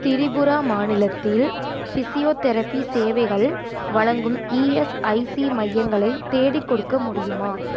திரிபுரா மாநிலத்தில் ஃபிசியோதெரபி சேவைகள் வழங்கும் இஎஸ்ஐசி மையங்களை தேடிக்கொடுக்க முடியுமா